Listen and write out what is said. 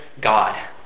God